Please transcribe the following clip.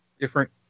different